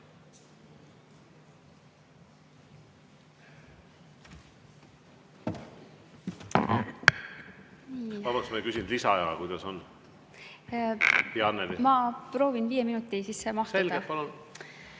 Ma proovin viie minuti sisse jääda.